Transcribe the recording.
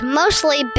mostly